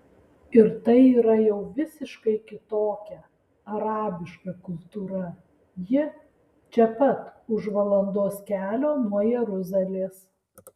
ir tai yra jau visiškai kitokia arabiška kultūra ji čia pat už valandos kelio nuo jeruzalės